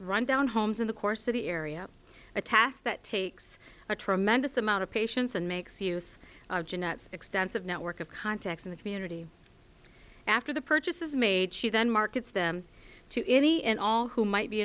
rundown homes in the core city area a task that takes a tremendous amount of patience and makes use of jeanette's extensive network of contacts in the community after the purchase is made she then markets them to any and all who might be